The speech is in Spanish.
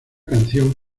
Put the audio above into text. canción